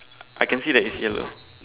I can see that it's yellow